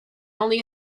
only